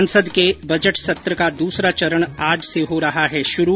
संसद के बजट सत्र का दूसरा चरण आज से हो रहा है शुरू